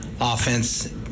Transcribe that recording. offense